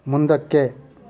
ಮುಂದಕ್ಕೆ